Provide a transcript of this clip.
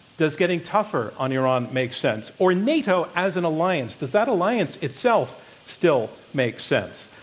does getting tougher on iran make sense? or nato as an alliance. does that alliance itself still make sense?